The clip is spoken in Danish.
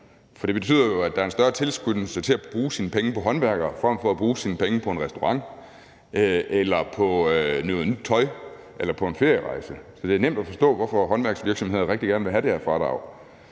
For det betyder jo, at der er en større tilskyndelse til, at man bruger sine penge på håndværkere, frem for at man bruger sine penge på en restaurant, på noget nyt tøj eller på en ferierejse. Så det er nemt at forstå, hvorfor håndværksvirksomheder rigtig gerne vil have det her fradrag.